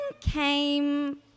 came